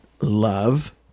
love